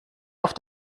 auf